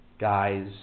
guys